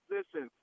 Listen